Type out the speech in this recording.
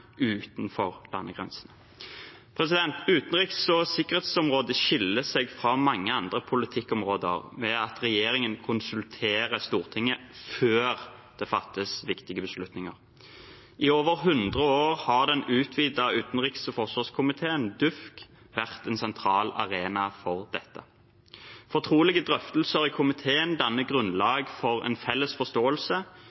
utenfor landegrensene. Utenriks og sikkerhetsområdet skiller seg fra mange andre politikkområder ved at regjeringen konsulterer Stortinget før det fattes viktige beslutninger. I over 100 år har den utvidete utenriks- og forsvarskomiteen, DUUFK, vært en sentral arena for dette. Fortrolige drøftelser i komiteen danner